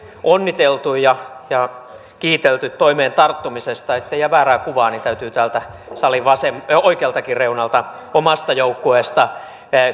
onniteltu ja ja kiitelty toimeen tarttumisesta niin ettei jää väärää kuvaa täytyy täältä salin oikealtakin reunalta omasta joukkueesta